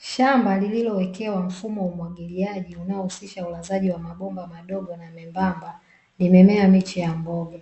Shamba lililowekewa mfumo wa umwagiliaji unaohusisha ulazaji wa mabomba madogo na membamba, limemea miche ya mboga.